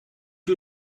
you